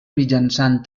mitjançant